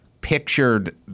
pictured